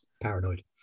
paranoid